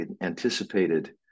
anticipated